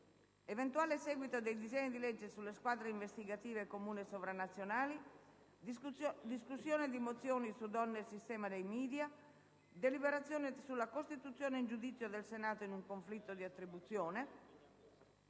eventuale seguito dei disegni di legge sulle squadre investigative comuni sovranazionali; discussione di mozioni su donne e sistema dei *media*; deliberazione sulla costituzione in giudizio del Senato in un conflitto di attribuzione;